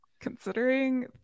Considering